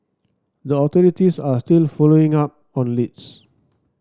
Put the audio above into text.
the authorities are still following up on leads